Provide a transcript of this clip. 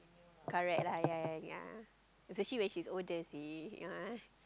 correct lah ya ya ya especially when she's older seh yeah